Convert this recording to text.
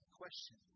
question